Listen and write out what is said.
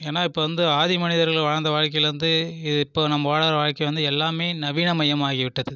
ஏனால் இப்போ வந்து ஆதி மனிதர்கள் வாழ்ந்த வாழ்க்கைலேருந்து இப்போ நம்ம வாழுற வாழ்க்கை வந்து எல்லாமே நவீன மயம் ஆகிவிட்டது